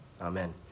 Amen